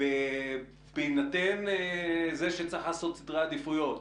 בהינתן זה שצריך לעשות סדרי עדיפויות,